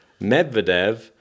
Medvedev